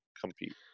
compete